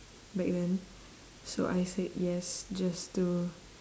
back then so I said yes just to